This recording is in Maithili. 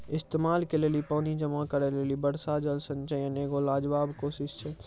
इस्तेमाल के लेली पानी जमा करै लेली वर्षा जल संचयन एगो लाजबाब कोशिश छै